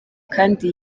kandi